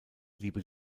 liebe